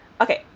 Okay